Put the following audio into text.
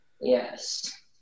Yes